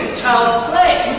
child's play.